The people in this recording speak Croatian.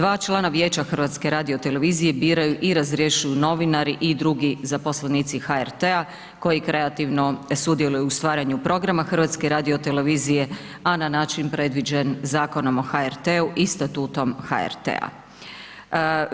2 člana vijeća HRT-a biraju i razrješuju novinari i drugi zaposlenici HRT-a koji kreativno sudjeluju u stvaranju programa HRT-a, a na način predviđen Zakonom o HRT-u i Statutom HRT-a.